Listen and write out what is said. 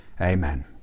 Amen